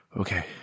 okay